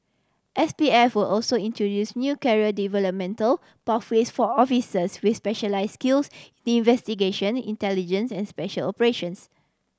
S P F will also introduce new career developmental pathways for officers with specialise skills investigation intelligence and special operations